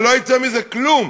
ולא יצא מזה כלום,